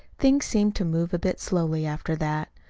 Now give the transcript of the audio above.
things seemed to move a bit slowly after that.